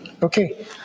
Okay